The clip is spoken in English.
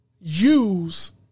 use